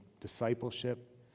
discipleship